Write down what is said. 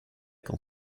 quand